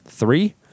three